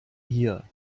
hier